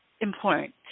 important